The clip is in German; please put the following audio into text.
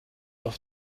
auf